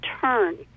turn